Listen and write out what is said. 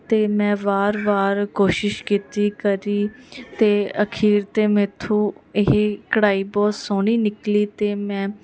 ਅਤੇ ਮੈਂ ਵਾਰ ਵਾਰ ਕੋਸ਼ਿਸ਼ ਕੀਤੀ ਕਰੀ ਅਤੇ ਅਖੀਰ 'ਤੇ ਮੇਥੋਂ ਇਹ ਕਢਾਈ ਬਹੁਤ ਸੋਹਣੀ ਨਿਕਲੀ ਅਤੇ ਮੈਂ